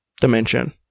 Dimension